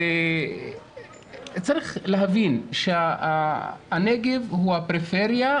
צריך להבין שהנגב הוא הפריפריה,